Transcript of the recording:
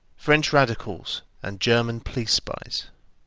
french radicals and german police-spies.